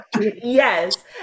Yes